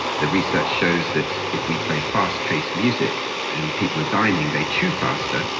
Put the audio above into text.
the research shows that if we play fast-paced music and people are dining, they chew faster,